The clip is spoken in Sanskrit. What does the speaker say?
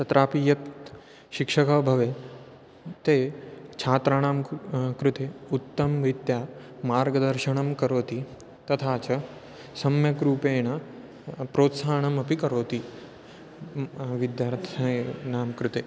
तत्रापि यत् शिक्षकः भवेत् ते छात्राणां क् कृते उत्तमरीत्या मार्गदर्शनं करोति तथा च सम्यग्रूपेण प्रोत्साहनमपि करोति विद्यार्थिनां कृते